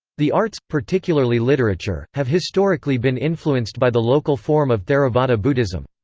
the arts, particularly literature, have historically been influenced by the local form of theravada buddhism.